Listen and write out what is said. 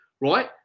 right